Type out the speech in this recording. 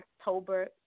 October